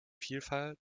vielfalt